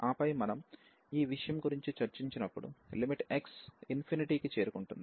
ఆపై మనం ఈ విషయం గురించి చర్చించినప్పుడు లిమిట్ x ఇన్ఫినిటీ కి చేరుకుంటుంది